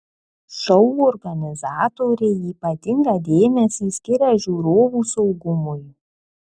šou organizatoriai ypatingą dėmesį skiria žiūrovų saugumui